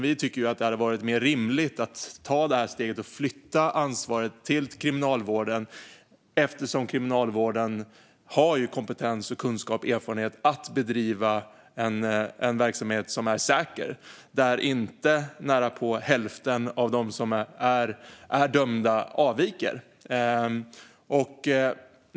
Vi tycker dock att det hade varit mer rimligt att ta steget att flytta ansvaret till Kriminalvården, som ju har kunskap, erfarenhet och kompetens att bedriva en verksamhet som är säker och där inte närapå hälften av de dömda avviker.